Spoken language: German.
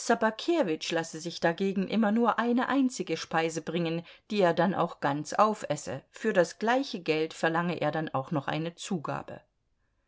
lasse sich dagegen immer nur eine einzige speise bringen die er dann auch ganz aufesse für das gleiche geld verlange er dann auch noch eine zugabe